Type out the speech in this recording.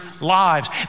lives